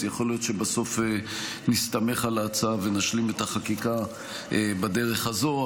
יכול להיות שבסוף נסתמך על ההצעה ונשלים את החקיקה בדרך הזו.